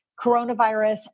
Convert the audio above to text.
coronavirus